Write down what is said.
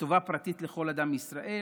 וטובה פרטית לכל אדם מישראל.